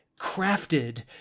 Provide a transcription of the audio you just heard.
crafted